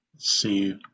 See